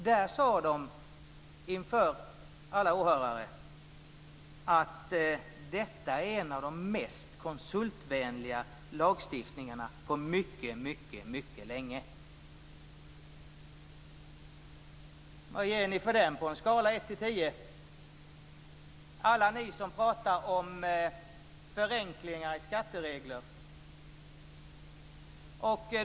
Där sade de inför alla åhörare att detta är en av de mest konsultvänliga lagstiftningarna på mycket länge. Vad ger ni för det på en skala från ett till tio, alla ni som talar om förenklingar av skatteregler?